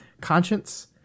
conscience